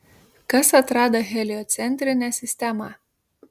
kas atrado heliocentrinę sistemą